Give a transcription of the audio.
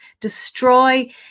destroy